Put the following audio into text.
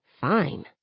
fine